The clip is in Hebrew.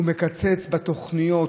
הוא מקצץ בתוכניות